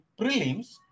prelims